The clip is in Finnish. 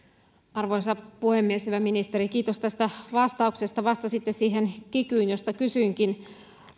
arvoisa puhemies hyvä ministeri kiitos tästä vastauksesta vastasitte liittyen kikyyn josta kysyinkin